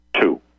two